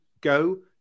go